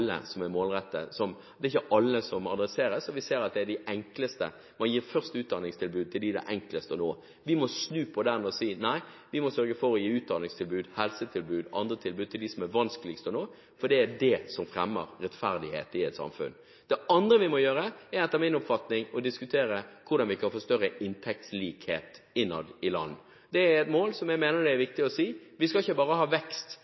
man først gir utdanningstilbud til dem det er enklest å nå. Vi må snu på dette og si at vi må sørge for å gi utdanningstilbud, helsetilbud og andre tilbud til dem som er vanskeligst å nå, for det er det som fremmer rettferdighet i et samfunn. Det andre vi må gjøre, er etter min oppfatning å diskutere hvordan vi kan få større inntektslikhet innad i land. Det er et mål som jeg mener er viktig. Vi skal ikke bare ha vekst.